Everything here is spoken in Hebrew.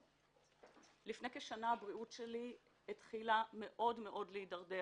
לפני כשנה הבריאות שלי התחילה מאוד מאוד להידרדר